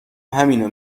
همینو